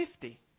fifty